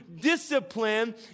discipline